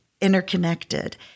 interconnected